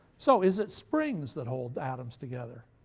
so is it springs that hold atoms together?